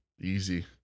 easy